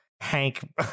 Hank